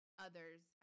others